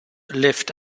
lived